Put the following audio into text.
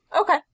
Okay